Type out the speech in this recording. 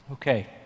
Okay